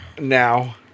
now